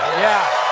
yeah,